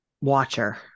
watcher